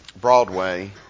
Broadway